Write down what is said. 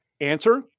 Answer